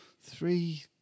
three